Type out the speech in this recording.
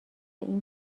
این